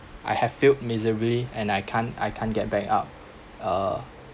I have failed miserably and I can't I can't get back up uh